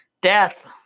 Death